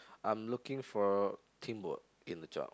I'm looking for teamwork in the job